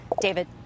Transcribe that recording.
David